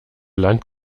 land